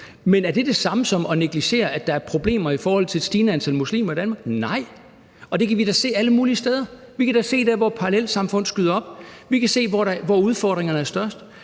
Men er det det samme som at negligere, at der er problemer i forhold til et stigende antal muslimer i Danmark? Nej. Det kan vi da se alle mulige steder. Vi kan da se det der, hvor parallelsamfund skyder op. Vi kan se det der, hvor udfordringerne er størst.